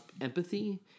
empathy